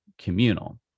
communal